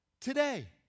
today